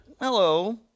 Hello